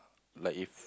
like if